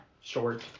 short